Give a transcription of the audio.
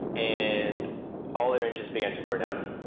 and all their engines began to burn out.